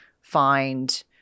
find